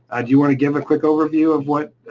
ah do you wanna give a quick overview of what